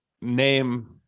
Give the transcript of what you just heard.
name